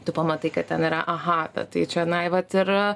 tu pamatai kad ten yra aha tai čionai vat ir